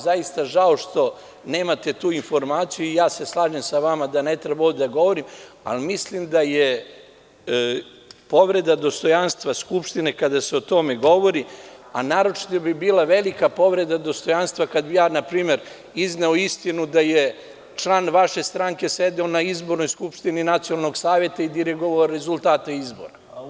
Zaista mi je žao što nemate tu informaciju i slažem se sa vama da ne treba ovde da govorim, ali mislim da je povreda dostojanstva Skupštine kada se o tome govori, a naročito bi bila velika povreda dostojanstva kada bi na primer izneo istinu da je član vaše stranke sedeo na izbornoj skupštini Nacionalnog saveta i dirigovao rezultate izbora.